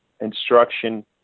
instruction